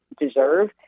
deserve